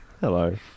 Hello